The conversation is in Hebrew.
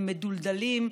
הם מדולדלים,